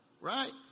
Right